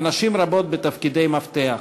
ונשים רבות בתפקידי מפתח.